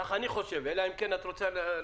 כך אני חושב, אלא אם כן את רוצה להשלים.